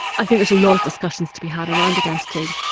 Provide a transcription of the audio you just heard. i think there's a lot of discussions to be had around identity.